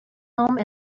home